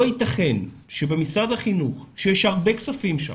לא יתכן שבמשרד החינוך, שיש הרבה כספים שם,